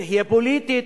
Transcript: תהיה פוליטית,